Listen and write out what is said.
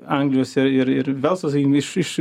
anglijos ir ir ir velso sakykim iš iš